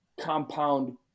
compound